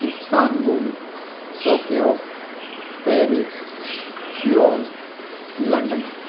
Istanbul Tokyo Paris Seoul London